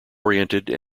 oriented